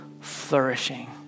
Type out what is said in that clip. flourishing